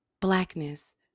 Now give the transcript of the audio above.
Blackness